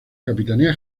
capitanía